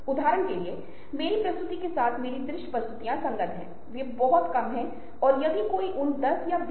उदाहरण के लिए मैं आपको अंत तक कुछ उदाहरण दूंगा और शायद यही हमें कुछ हद तक मदद करेगा